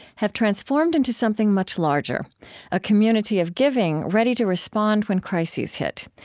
have transformed into something much larger a community of giving, ready to respond when crises hit.